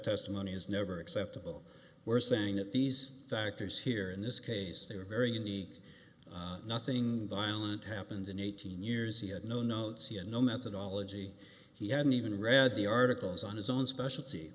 testimony is never acceptable we're saying that these factors here in this case they were very unique nothing violent happened in eighteen years he had no notes he had no methodology he hadn't even read the articles on his own specialty